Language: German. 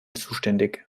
zuständig